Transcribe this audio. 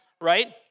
right